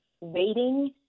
waiting